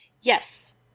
Yes